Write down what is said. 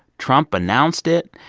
trump announced it.